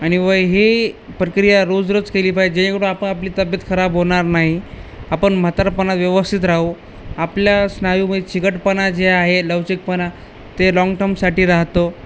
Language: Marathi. आणि व ही प्रक्रिया रोज रोज केली पाहिजे जेणेकडं आपण आपली तब्येत खराब होणार नाही आपण म्हातारपाणात व्यवस्थित राहू आपल्या स्नायूमध्ये चिवटपणा जे आहे लवचिकपणा ते लाँग टर्मसाठी राहतो